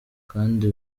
kandi